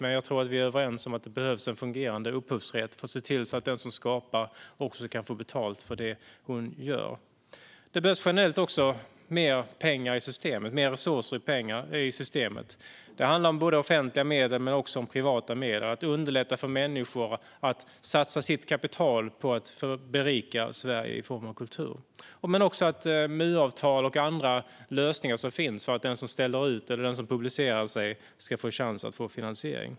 Men jag tror att vi är överens om att det behövs en fungerande upphovsrätt för att se till att den som skapar också kan få betalt för det hon gör. Det behövs generellt också mer pengar och mer resurser i systemet. Det handlar om offentliga medel men också privata medel. Det handlar om att underlätta för människor att satsa sitt kapital för att berika Sverige i form av kultur. Det handlar också om MU-avtal och andra lösningar som finns för att den som ställer ut eller publicerar sig ska få chans att få finansiering.